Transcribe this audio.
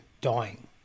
dying